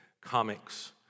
comics